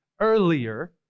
earlier